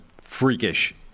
freakish